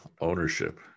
Ownership